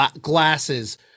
glasses